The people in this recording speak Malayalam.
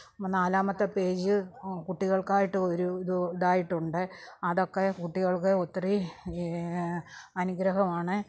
നാലാമത്തെ പേജ് കുട്ടികൾക്കായിട്ട് ഒരു ഇത് ഇതായിട്ടുണ്ട് അതൊക്കെ കുട്ടികൾക്ക് ഒത്തിരി അനുഗ്രഹം ആണ്